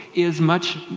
is much,